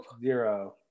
Zero